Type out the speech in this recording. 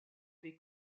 dei